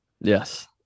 Yes